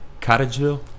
Cottageville